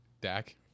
Dak